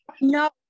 no